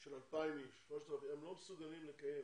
של 2,000, 3,000 איש, הם לא מסוגלים לקיים